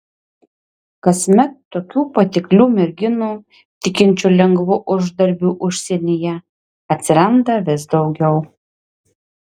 kasmet tokių patiklių merginų tikinčių lengvu uždarbiu užsienyje atsiranda vis daugiau